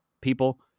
people